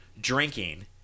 drinking